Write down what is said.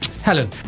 helen